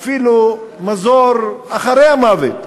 אפילו מזור אחרי המוות,